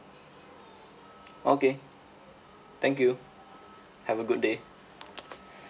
okay thank you have a good day